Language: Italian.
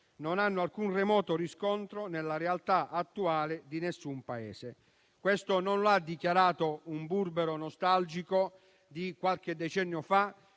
non hanno alcun remoto riscontro nella realtà attuale di nessun Paese. Questo non l'ha dichiarato un burbero nostalgico di qualche decennio fa,